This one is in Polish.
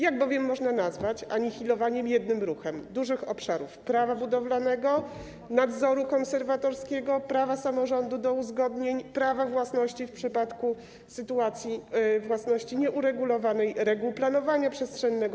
Jak bowiem można nazwać anihilowanie jednym ruchem dużych obszarów Prawa budowlanego, nadzoru konserwatorskiego, prawa samorządu do uzgodnień, prawa własności - w przypadku własności nieuregulowanej, reguł planowania przestrzennego,